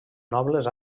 nobles